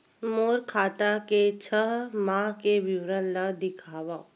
मोर खाता के छः माह के विवरण ल दिखाव?